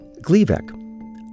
Gleevec